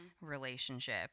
relationship